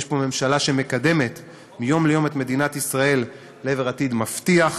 יש פה ממשלה שמקדמת מיום ליום את מדינת ישראל לעבר עתיד מבטיח